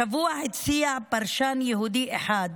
השבוע הציע פרשן יהודי אחד: